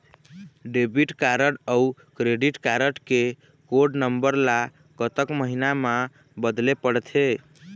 Debit card अऊ credit card के code number ला कतक महीना मा बदले पड़थे?